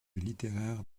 littéraire